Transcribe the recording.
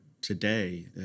today